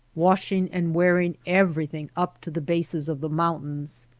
washing and wearing everything up to the bases of the mountains.